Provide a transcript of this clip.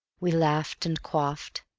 we laughed and quaffed.